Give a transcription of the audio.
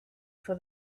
for